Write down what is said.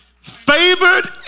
Favored